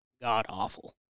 god-awful